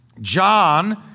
John